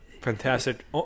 Fantastic